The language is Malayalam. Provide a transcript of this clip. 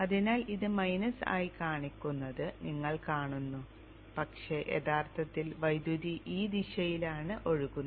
അതിനാൽ ഇത് മൈനസ് ആയി കാണിക്കുന്നത് നിങ്ങൾ കാണുന്നു പക്ഷേ യഥാർത്ഥത്തിൽ വൈദ്യുതി ഈ ദിശയിലാണ് ഒഴുകുന്നത്